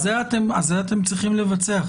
את זה אתם צריכים לבצע.